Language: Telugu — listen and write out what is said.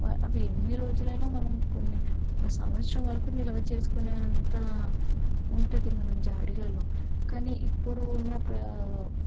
అవి ఎన్ని రోజులైనా మనం కొన్ని ఒక సంవత్సరం వరకు నిలవ చేసుకునే అంత ఉంటుంది మనం జాడీలలో కానీ ఇప్పుడు ఉన్న ప్ర